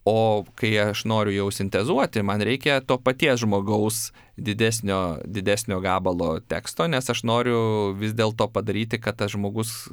o kai aš noriu jau sintezuoti man reikia to paties žmogaus didesnio didesnio gabalo teksto nes aš noriu vis dėl to padaryti kad tas žmogus